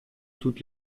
toutes